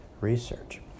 research